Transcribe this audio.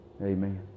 amen